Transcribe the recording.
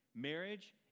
Marriage